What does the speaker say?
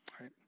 right